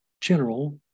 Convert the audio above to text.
general